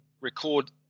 record